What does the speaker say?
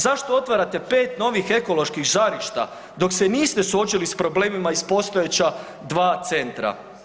Zašto otvarate pet novih ekoloških žarišta, dok se niste suočili sa problemima iz postojeća dva centra?